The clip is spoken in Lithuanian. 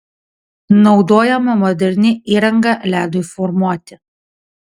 naudojama moderni įranga ledui formuoti